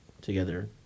together